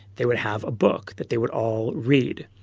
they would have a book that they would all read.